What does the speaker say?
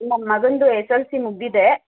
ನಮ್ಮ ಮಗಂದು S S L C ಮುಗಿದಿದೆ